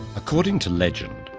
according to legend,